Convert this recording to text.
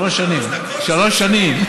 שלוש שנים,